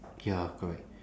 ya correct